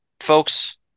Folks